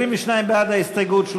22 בעד ההסתייגות,